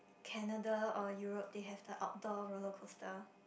Canada or Europe they have the outdoor rollercoaster